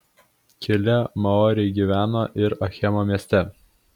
keli maoriai gyveno ir acheno mieste